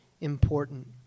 important